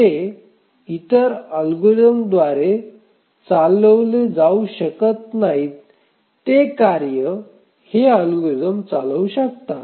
जे इतर अल्गोरिदम द्वारे चालविली जाऊ शकत नाही ते कार्ये हे अल्गोरिदम चालवू शकतात